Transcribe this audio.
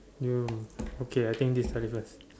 you okay I think this is the difference